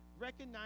recognize